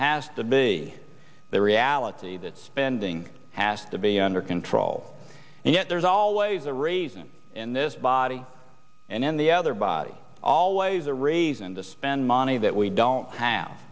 has to be the reality that spending has to be under control and yet there's always a reason in this body and in the other body always a reason to spend money that we don't have